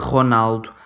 Ronaldo